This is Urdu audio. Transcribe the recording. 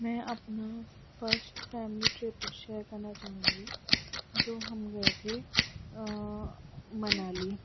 میں اپنا فسٹ فیملی ٹرپ شیئر کرنا چاہوں گی جو ہم گئے تھے منالی